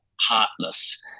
heartless